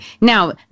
Now